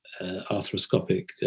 arthroscopic